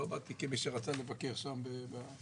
לא באתי כמי שרצה לבקר שם ולדעת,